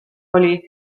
oli